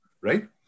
right